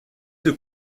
deux